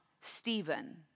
Stephen